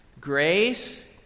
Grace